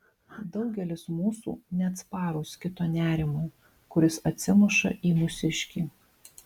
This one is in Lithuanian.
daugelis mūsų neatsparūs kito nerimui kuris atsimuša į mūsiškį